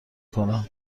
کنم